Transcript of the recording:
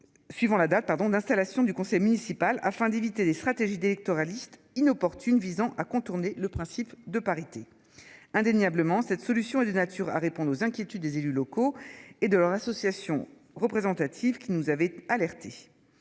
Suivant la date pardon d'installation du conseil municipal afin d'éviter des stratégies électoralistes inopportune visant à contourner le principe de parité, indéniablement, cette solution est de nature à répondre aux inquiétudes des élus locaux et de leur association représentative qui nous avait alertés.